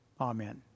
Amen